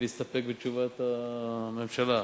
להסתפק בתשובת הממשלה,